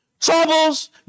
troubles